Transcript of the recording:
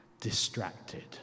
distracted